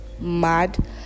mad